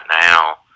now